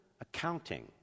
Accounting